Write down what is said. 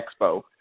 Expo